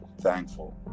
thankful